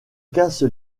casse